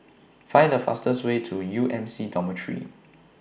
Find The fastest Way to U M C Dormitory